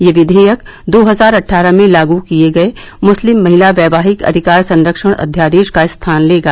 यह विधेयक दो हजार अट्ठारह में लागू किये गये मुस्लिम महिला वैवाहिक अधिकार संरक्षण अध्यादेश का स्थान लेगा